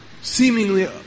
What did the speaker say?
seemingly